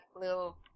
little